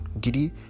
giddy